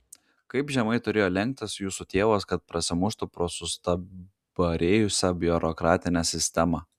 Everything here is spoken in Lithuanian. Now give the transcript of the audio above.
kaip žemai turėjo lenktis jūsų tėvas kad prasimuštų pro sustabarėjusią biurokratinę sistemą